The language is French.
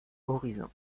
horizon